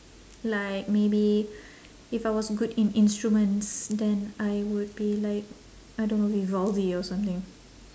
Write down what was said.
like maybe if I was good in instruments then I would be like I don't know or something